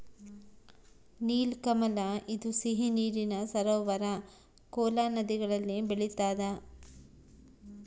ನೀಲಕಮಲ ಇದು ಸಿಹಿ ನೀರಿನ ಸರೋವರ ಕೋಲಾ ನದಿಗಳಲ್ಲಿ ಬೆಳಿತಾದ